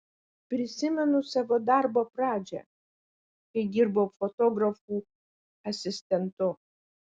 prisimenu savo darbo pradžią kai dirbau fotografų asistentu